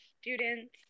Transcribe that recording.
students